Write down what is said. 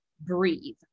breathe